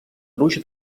gruix